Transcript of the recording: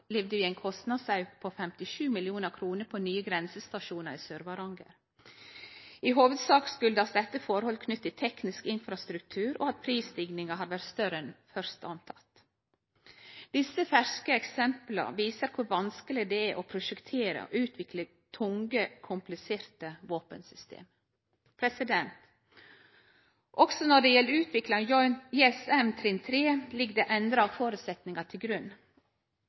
opplevde vi ein kostnadsauke på 57 mill. kr på nye grensestasjonar i Sør-Varanger. I hovudsak kjem dette av forhold knytte til teknisk infrastruktur og at prisstigninga har vore større enn først rekna med . Desse ferske eksempla viser kor vanskeleg det er å prosjektere og utvikle tunge, kompliserte våpensystem. Også når det gjeld utviklinga av JSM trinn 3, ligg det endra føresetnader til grunn.